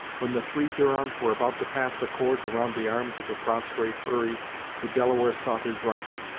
when the three hurons were about to pass the cords around the arms of the prostrate hurry the delaware sought his rifle,